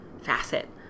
facet